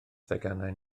theganau